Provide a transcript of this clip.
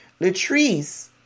Latrice